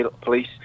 police